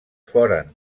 foren